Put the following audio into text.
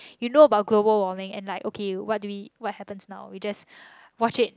you know about global warming and like okay what do we what happens now we just watch it